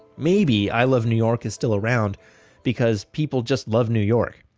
maybe i love new york is still around because people just love new york.